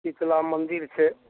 शीतला मन्दिर छै